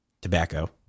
tobacco